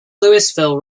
louisville